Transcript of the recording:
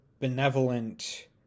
benevolent